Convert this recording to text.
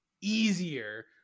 easier